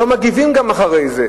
לא מגיבים גם אחרי זה,